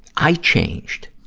i changed.